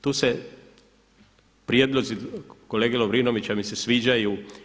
Tu se prijedlozi kolege Lovrinovića mi se sviđaju.